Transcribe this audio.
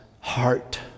heart